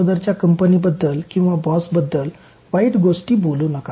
अगोदरच्या कंपनीबद्दल किंवा बॉसबद्दल वाईट गोष्टी बोलू नका